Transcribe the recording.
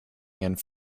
and